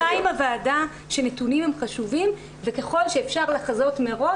אני מסכימה עם הוועדה שנתונים הם חשובים וככל שאפשר לחזות מראש,